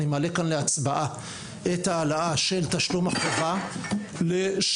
אני מעלה כאן להצבעה את העלאה של תשלום החובה לשנה